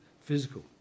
physical